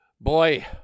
Boy